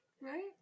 Right